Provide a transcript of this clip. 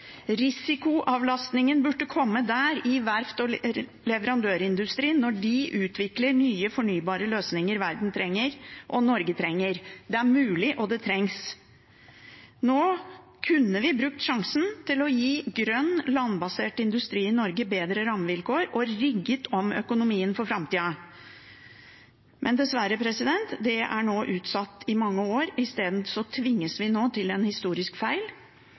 Risikoavlastningen burde komme i verfts- og leverandørindustrien når de utvikler nye, fornybare løsninger verden og Norge trenger. Det er mulig, og det trengs. Nå kunne vi brukt sjansen til å gi grønn landbasert industri i Norge bedre rammevilkår og rigget om økonomien for framtida. Men dessverre – det er nå utsatt i mange år. I stedet tvinges vi nå til en historisk feil,